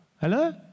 Hello